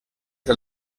del